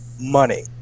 money